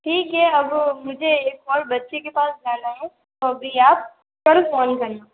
ठीक है अब मुझे एक और बच्ची के पास जाना है तो अभी आप कल फोन करना